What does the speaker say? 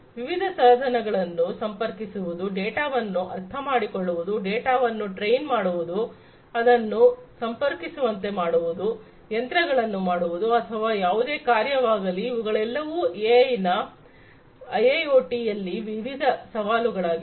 ವಿವಿಧ ಸಾಧನಗಳನ್ನು ಸಂಪರ್ಕಿಸುವುದು ಡೇಟಾವನ್ನು ಅರ್ಥ ಮಾಡಿಕೊಳ್ಳುವುದು ಡೇಟಾವನ್ನು ಟ್ರೈನ್ ಮಾಡುವುದು ಅದನ್ನು ಸಂಪರ್ಕಿಸುವಂತೆ ಮಾಡುವುದು ಯಂತ್ರಗಳನ್ನು ಮಾಡುವುದು ಅಥವಾ ಯಾವುದೇ ಕಾರ್ಯವಾಗಲಿ ಇವುಗಳೆಲ್ಲವೂ ಎಐ ನಾ ಐಐಒಟಿ ಯಲ್ಲಿ ವಿವಿಧ ಸವಾಲುಗಳಾಗಿವೆ